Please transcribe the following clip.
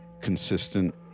consistent